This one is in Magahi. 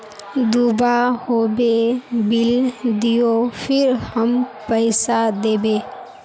दूबा होबे बिल दियो फिर हम पैसा देबे?